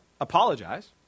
apologize